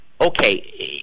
okay